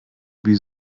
wie